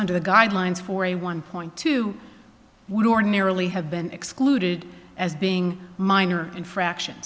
under the guidelines for a one point two would ordinarily have been excluded as being minor infraction